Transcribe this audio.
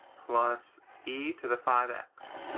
plus e to the five x.